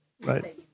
Right